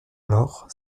alors